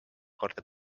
korda